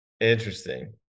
interesting